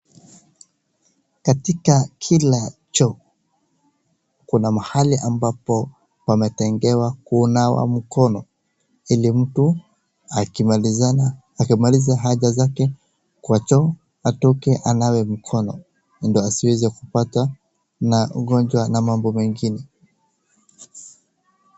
Katika kila choo kuna mahali ambapo wametengewa kunawa mkono ili mtu akimaliza haja zake kwa choo atoke, anawe mkono ndio asiweze kupatwa na ugonjwa na mambo mengine.